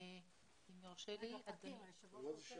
אני רוצה